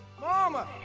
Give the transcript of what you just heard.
Mama